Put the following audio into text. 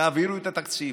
תעבירו את התקציב.